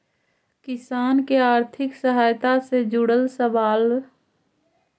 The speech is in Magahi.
किसान के आर्थिक सहायता से जुड़ल सवाल?